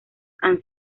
han